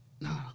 No